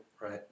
Right